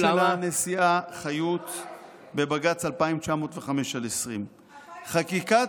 בציטוט של הנשיאה חיות בבג"ץ 2905/20. 2905/20?